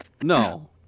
No